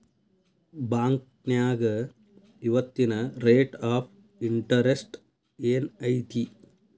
ಬಾಂಕ್ನ್ಯಾಗ ಇವತ್ತಿನ rate of interest ಏನ್ ಐತಿ